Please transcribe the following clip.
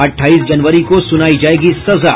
अठाईस जनवरी को सुनायी जायेगी सजा